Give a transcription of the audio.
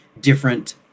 different